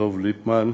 דב ליפמן,